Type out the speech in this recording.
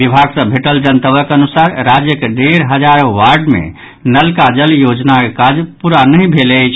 विभाग सॅ भेटल जनतबक अनुसार राज्यक डेढ़ हजार वार्ड मे नल का जल योजनाक काज पूरा नहि भेल अछि